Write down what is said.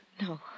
No